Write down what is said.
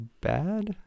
bad